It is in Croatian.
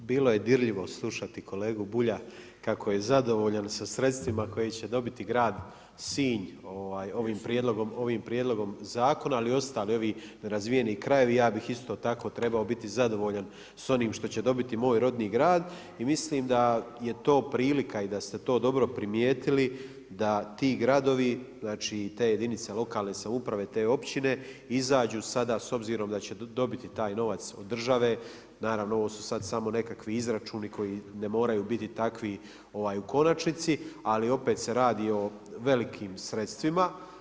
Pa bilo je dirljivo slušati kolegu Bulja kako je zadovoljan sa sredstvima koja će dobiti grad Sinj ovim prijedlogom zakona ali ostali ovi nerazvijeni krajevi, ja bi isto tako trebao biti zadovoljan s onim što će dobiti moj rodni grad i mislim da je to prilika i da ste dobro primijetili da ti gradovi, znači i te jedinice lokalne samouprave, te općine izađu sada s obzirom da će dobiti taj novac od države, naravno ovo su sad samo nekakvi izračuni koji ne moraju biti takvi u konačnici, ali opet se radi o velikim sredstvima.